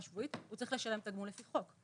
שבועית הוא צריך לשלם תגמול לפי חוק.